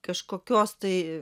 kažkokios tai